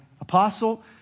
apostle